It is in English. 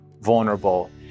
vulnerable